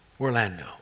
Orlando